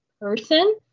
person